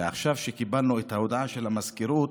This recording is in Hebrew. עכשיו קיבלנו את ההודעה של המזכירות,